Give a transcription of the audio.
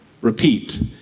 repeat